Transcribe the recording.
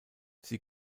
sie